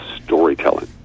storytelling